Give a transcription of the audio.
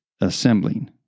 assembling